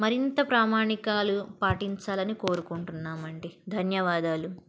మరింత ప్రామాణికాలు పాటించాలని కోరుకుంటున్నామండి ధన్యవాదాలు